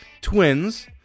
Twins